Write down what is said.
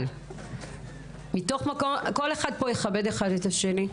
אבל כל אחד יכבד את השני.